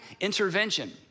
intervention